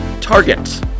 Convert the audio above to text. target